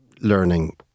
learning